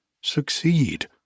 succeed